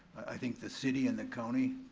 i think the city and the county,